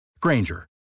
Granger